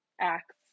Acts